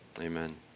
Amen